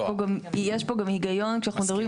יש פה גם הגיון כשאנחנו מדברים -- לא,